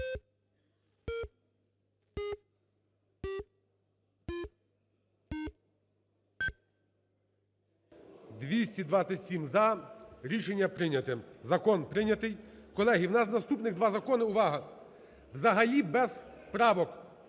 За-227 Рішення прийнято. Закон прийнятий. Колеги, у нас наступних два закони, увага, взагалі без правок.